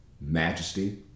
majesty